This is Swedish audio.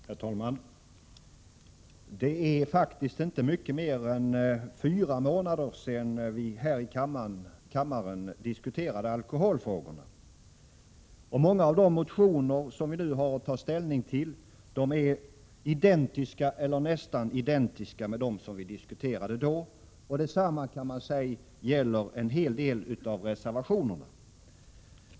Herr talman! Det är faktiskt inte mycket mer än fyra månader sedan vi här i kammaren diskuterade alkoholfrågorna. Många av de motioner som vi nu har att ta ställning till är identiska, eller nästan identiska, med dem som vi diskuterade då. Detsamma gäller en hel del av reservationerna.